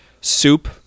soup